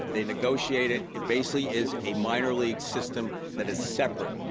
they negotiate it. it basically is a minor league system that is separate.